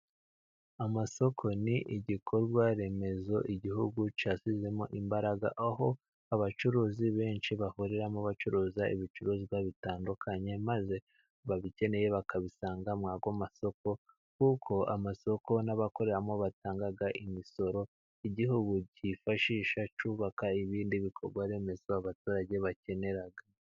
Amasoko ni igikorwa remezo igihugu cyashyizemo imbaraga aho abacuruzi benshi bahuriramo bacuruza ibicuruzwa bitandukanye, maze ababikeneye bakabisanga muri ayo masoko, kuko amasoko n'abakoreramo batanga imisoro igihugu cyifashisha cyubaka ibindi bikorwa remezo abaturage bakenera.